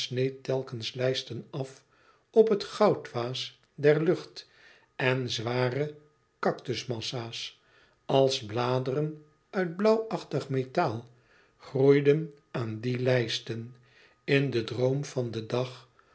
telkens lijsten af op het goudwaas der lucht en zware cactusmassa's als bladeren uit blauwachtig metaal e ids aargang groeiden aan die lijsten in den droom van den dag